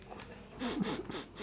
that's not for what